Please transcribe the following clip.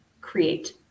create